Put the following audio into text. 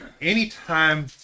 Anytime